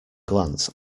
glance